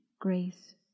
grace